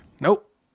Nope